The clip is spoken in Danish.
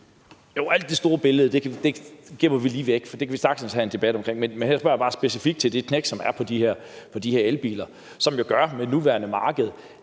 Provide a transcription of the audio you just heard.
Hele det store billede gemmer vi lige væk. Det kan vi sagtens have en debat om, men her spørger jeg bare specifikt til det knæk, som er i forhold til prisen på de her elbiler, som jo med det nuværende marked